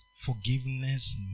forgiveness